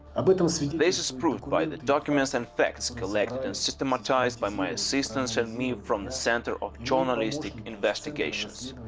but so this is proved by the documents and facts collected and systematized by my assistants and me from the center of journalistic investigations.